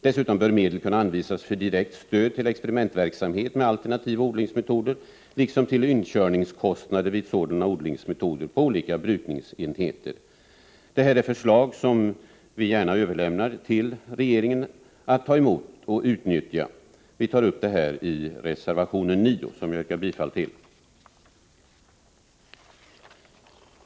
Dessutom bör medel kunna anvisas för direkt stöd till experimentverksamhet med alternativa odlingsmetoder liksom till inkörningskostnader vid sådana odlingsmetoder på olika brukningsenheter. Det här är förslag som vi gärna överlämnar till regeringen att ta emot och utnyttja. Vi tar upp detta i reservation 9, som jag yrkar bifall till.